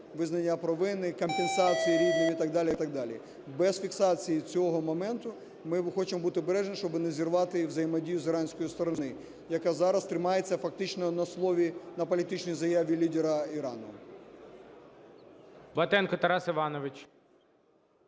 визнання провини, компенсації рідним і так далі, і так далі. Без фіксації цього моменту, ми хочемо бути обережними, щоб не зірвати взаємодію з іранської сторони, яка зараз тримається фактично на слові, на політичній заяві лідера Ірану.